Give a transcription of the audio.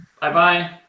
Bye-bye